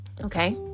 okay